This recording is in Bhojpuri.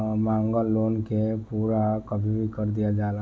मांगल लोन के पूरा कभी कर दीहल जाला